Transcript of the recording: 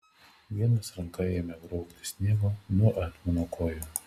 vienas ranka ėmė braukti sniegą nuo etmono kojų